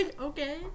okay